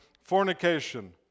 Fornication